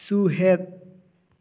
ᱥᱩᱦᱮᱫ